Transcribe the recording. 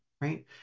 Right